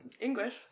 English